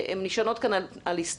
והן נשענות כאן על היסטוריה,